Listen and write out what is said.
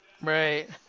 Right